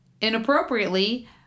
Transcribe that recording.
inappropriately